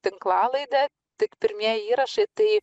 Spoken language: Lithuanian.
tinklalaide tik pirmieji įrašai tai